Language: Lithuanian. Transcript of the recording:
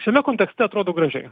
šiame kontekste atrodo gražiai